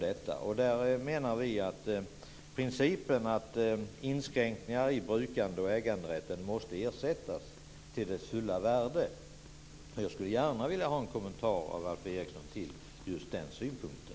Vi menar att principen måste vara att inskränkningar i brukande och äganderätten måste ersättas till dess fulla värde. Jag skulle gärna vilja ha en kommentar från Alf Eriksson till just den synpunkten.